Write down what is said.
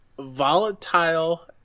volatile